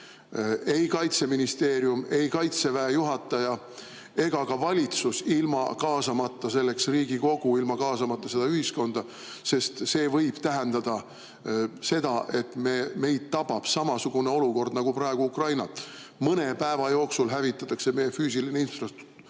ei Kaitseministeerium, ei Kaitseväe juhataja ega ka valitsus, kaasamata selleks Riigikogu, kaasamata selleks ühiskonda. Sest see võib tähendada seda, et meid tabab samasugune olukord nagu praegu Ukrainat. Mõne päeva jooksul hävitatakse meie füüsiline infrastruktuur,